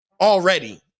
already